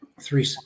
three